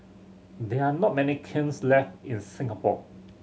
there are not many kilns left in Singapore